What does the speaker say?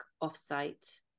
off-site